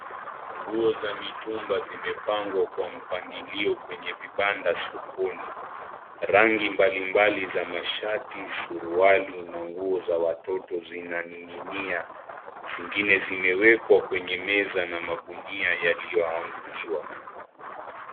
Nguo za mitumba zimepangwa kwa mpangilio kwenye vibanda sokoni. Rangi mbali mbali za mashati, suruali na nguo za watoto zinaning'inia. Zingine zimewekwa kwenye meza na magunia yaliyoanguliwa.